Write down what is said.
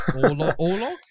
Orlog